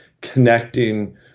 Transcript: connecting